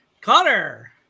Connor